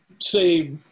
say